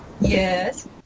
Yes